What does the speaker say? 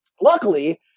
luckily